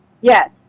Yes